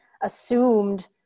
assumed